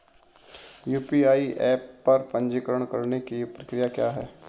UPI app पर पंजीकरण करने की प्रक्रिया क्या है?